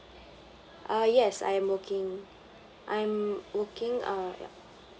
uh yes I'm working I'm working uh